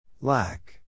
Lack